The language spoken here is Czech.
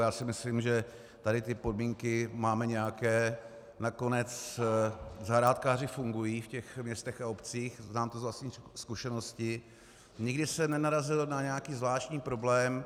Já si myslím, že tady ty podmínky máme nějaké, nakonec zahrádkáři fungují v těch městech a obcích, znám to z vlastní zkušenosti, nikdy jsem nenarazil na nějaký zvláštní problém.